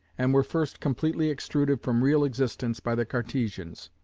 and were first completely extruded from real existence by the cartesians.